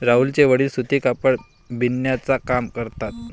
राहुलचे वडील सूती कापड बिनण्याचा काम करतात